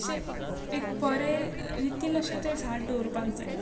अशे एक बरे रितीन अशें तें झाड दवरपाक जाय